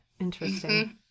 Interesting